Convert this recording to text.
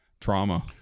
trauma